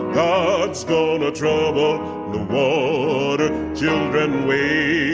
god's gonna trouble the water children, wade